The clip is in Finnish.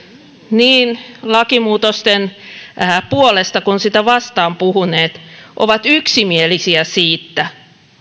niin lakimuutosten puolesta kuin sitä vastaan puhuneet ovat yksimielisiä siitä